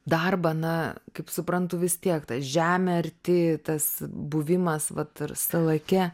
darbą na kaip suprantu vis tiek ta žemė arti tas buvimas vat ir salake